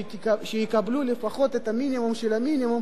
שיקבלו לפחות את המינימום שבמינימום,